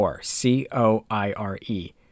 C-O-I-R-E